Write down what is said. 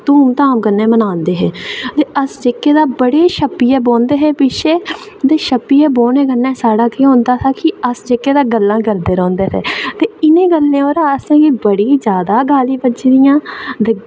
धूमधाम कन्नै बनांदे हे ते अस जेह्ड़े बड़े छप्पियै बौहंदे हे पिच्छें ते छप्पियै बौह्ने कन्नै साढ़ा केह् होंदा कि अस जेह्के तां गल्लां करदे रौहंदे हे ते इनें गल्लें परा असेंगी बड़ियां गालीं बज्जी दियां